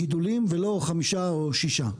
גידולים ולא חמישה או ששה?